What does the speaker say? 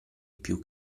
più